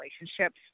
relationships